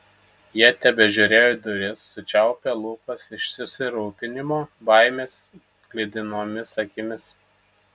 jie tebežiūrėjo į duris sučiaupę lūpas iš susirūpinimo baimės sklidinomis akimis